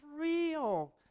real